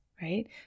right